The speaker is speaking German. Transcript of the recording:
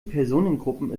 personengruppen